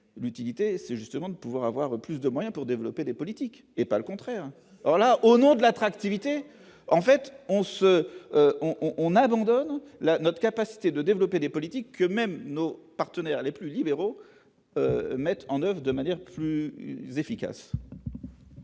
l'utilité, c'est justement de pouvoir avoir plus de moyens pour développer des politiques et pas le contraire, alors là au nom de l'attractivité en fait on se on on abandonne la notre capacité de développer des politiques eux-mêmes, notre partenaire, les plus libéraux mettent en oeuvre de manière plus efficace.